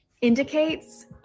indicates